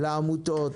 לעמותות,